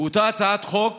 כי אותה הצעת חוק